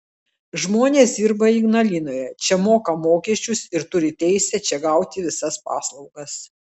žmonės dirba ignalinoje čia moka mokesčius ir turi teisę čia gauti visas paslaugas